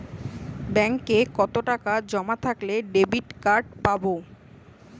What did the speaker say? ব্যাঙ্কে কতটাকা জমা থাকলে ডেবিটকার্ড পাব?